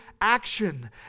action